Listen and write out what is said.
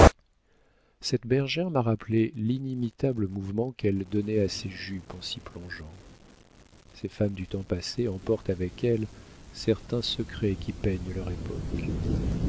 cette bergère m'a rappelé l'inimitable mouvement qu'elle donnait à ses jupes en s'y plongeant ces femmes du temps passé emportent avec elles certains secrets qui peignent leur époque